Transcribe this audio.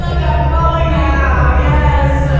look, i'm glowing now. yes!